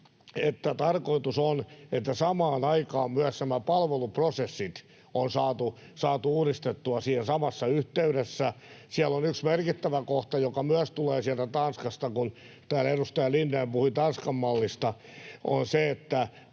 että tarkoitus on, että samaan aikaan myös nämä palveluprosessit on saatu uudistettua siinä samassa yhteydessä. Siellä on yksi merkittävä kohta, joka myös tulee sieltä Tanskasta — kun täällä edustaja Lindén puhui Tanskan mallista — ja se on se, että